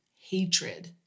hatred